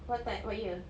one of